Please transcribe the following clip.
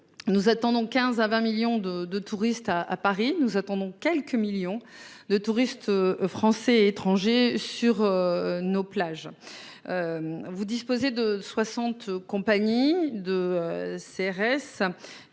Nous attendons 15 à 20 millions de de touristes à Paris nous attendons quelques millions de touristes français et étrangers sur. Nos plages. Vous disposez de 60 compagnies de CRS